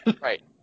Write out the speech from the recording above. Right